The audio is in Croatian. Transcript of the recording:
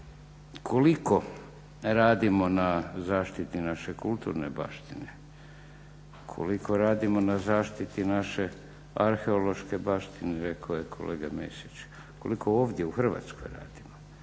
Koliko radimo na zaštiti naše kulturne baštine? Koliko radimo na zaštiti naše arheološke baštine, rekao je kolega Mesić. Koliko ovdje u Hrvatskoj radimo?